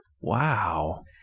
Wow